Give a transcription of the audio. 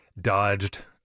dodged